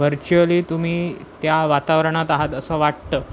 virtually तुम्ही त्या वातावरणात आहात असं वाटतं